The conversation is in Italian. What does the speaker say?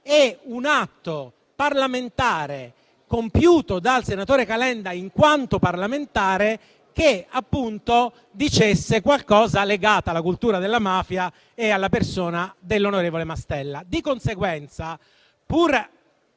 e un atto parlamentare, compiuto dal senatore Calenda in quanto parlamentare, che appunto dicesse qualcosa legato alla cultura della mafia e alla persona dell'onorevole Mastella.